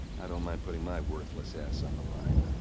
i don't mind putting my worthless ass on the line.